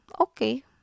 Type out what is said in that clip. okay